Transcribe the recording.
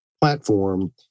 platform